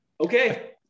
okay